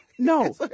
No